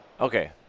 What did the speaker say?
okay